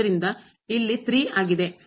ಆದ್ದರಿಂದ ಇದು ಇಲ್ಲಿ 3 ಆಗಿದೆ